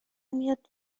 میاد